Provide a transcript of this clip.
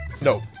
Nope